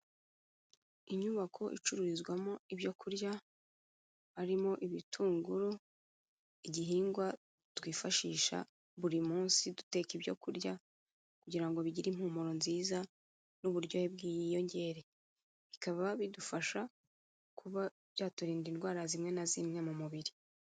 Inyubako icururizwamo ibyo kurya harimo ibitunguru igihingwa twifashisha buri munsi duteka ibyo kurya kugira ngo bigire impumuro nziza n'uburyohe bwiyongere, bikaba bidufasha kuba byaturinda indwara zimwe na zimwe mu mubiri.